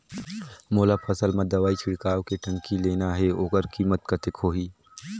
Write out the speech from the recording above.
मोला फसल मां दवाई छिड़काव के टंकी लेना हे ओकर कीमत कतेक होही?